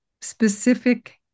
specific